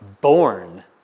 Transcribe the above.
born